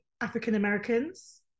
African-Americans